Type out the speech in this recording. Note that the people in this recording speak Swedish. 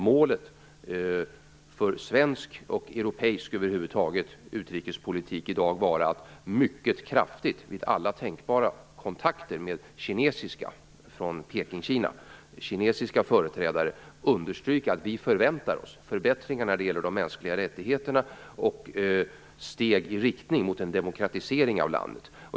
Målet för svensk och europeisk utrikespolitik i dag måste vara att vi mycket kraftigt vid alla tänkbara kontakter med kinesiska företrädare från Peking-Kina understryker att vi förväntar oss förbättringar när det gäller de mänskliga rättigheterna och steg i riktning mot en demokratisering av landet.